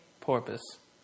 porpoise